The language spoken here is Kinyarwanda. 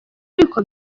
ariko